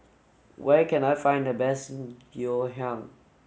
where can I find the best Ngoh Hiang